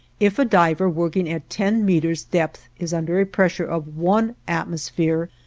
if a diver working at ten meters' depth is under a pressure of one atmosphere,